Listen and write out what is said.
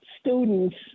students